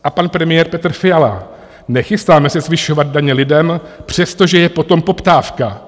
A pan premiér Petr Fiala: Nechystáme si zvyšovat daně lidem, přestože je po tom poptávka.